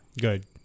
Good